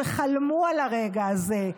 שחלמו על הרגע הזה,